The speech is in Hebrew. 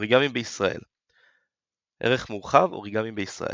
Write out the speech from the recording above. אוריגמי בישראל ערך מורחב – אוריגמי בישראל